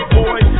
boy